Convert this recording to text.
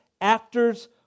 actors